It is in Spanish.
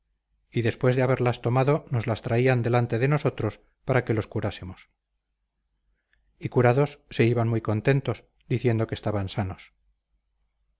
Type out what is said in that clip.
y después de haberlas tomado nos las traían delante de nosotros para que los curásemos y curados se iban muy contentos diciendo que estaban sanos